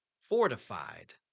Fortified